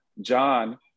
John